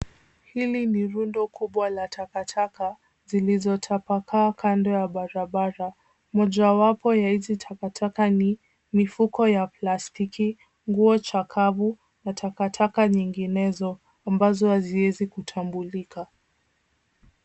Hili ni rundo kubwa la takataka zilizotapakaa kando ya barabara. Moja wapo ya hizi takataka ni mifuko ya plastiki, nguo chakavu na takataka nyinginezo ambazo haziwezi kutambulika.